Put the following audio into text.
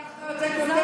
אתה משקר פעם נוספת,